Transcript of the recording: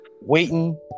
Waiting